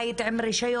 בית עם רישיון,